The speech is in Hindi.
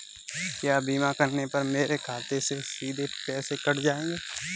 क्या बीमा करने पर मेरे खाते से सीधे पैसे कट जाएंगे?